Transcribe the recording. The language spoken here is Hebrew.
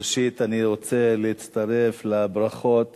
ראשית, אני רוצה להצטרף לברכות